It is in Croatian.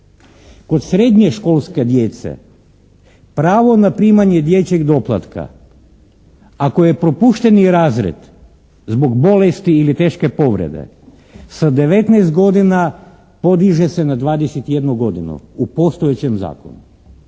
Kod srednjoškolske djece pravo na primanje dječjeg doplatka ako je propušteni razred zbog bolesti i teške povrede sa 19 godina podiže se na 21 godinu u postojećem zakonu.